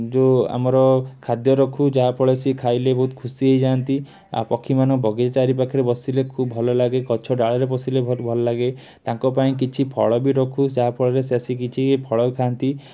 ଯେଉଁ ଆମର ଖାଦ୍ୟ ରଖୁ ଯାହାଫଳରେ ସିଏ ଖାଇଲେ ବହୁତ ଖୁସି ହେଇଯାଆନ୍ତି ଆଉ ପକ୍ଷୀମାନଙ୍କୁ ବଗିଚା ଚାରିପାଖରେ ବସିଲେ ଖୁବ୍ ଭଲ ଲାଗେ ଗଛ ଡାଳରେ ବସିଲେ ବହୁତ ଭଲ ଲାଗେ ତାଙ୍କ ପାଇଁ କିଛି ଫଳ ବି ରଖୁ ଯାହାଫଳରେ ସେ ଆସିକି କିଛି ଫଳ ବି ଖାଆନ୍ତି